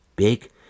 Big